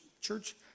church